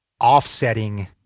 offsetting